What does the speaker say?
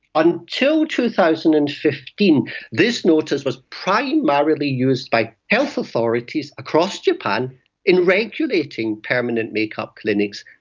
until two thousand and fifteen this notice was primarily used by health authorities across japan in regulating permanent makeup clinics,